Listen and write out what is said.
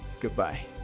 Goodbye